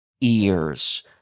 ears